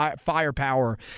firepower